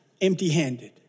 empty-handed